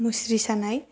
मुस्रि सानाय